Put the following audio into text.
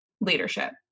leadership